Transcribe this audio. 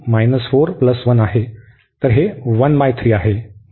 तर हे 13 आहे